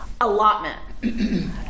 allotment